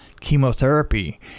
chemotherapy